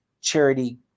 charity